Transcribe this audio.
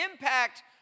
impact